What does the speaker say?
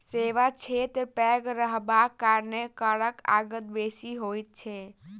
सेवा क्षेत्र पैघ रहबाक कारणेँ करक आगत बेसी होइत छै